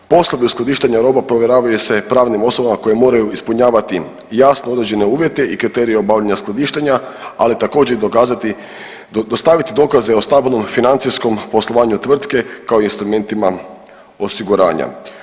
Poslovi uskladištenja roba povjeravaju pravnim osobama koje moraju ispunjavati jasno određene uvjete i kriterije obavljanja skladištenja, ali također i dokazati, dostaviti dokaze o stabilnom financijskom poslovanju tvrtke kao instrumentima osiguranja.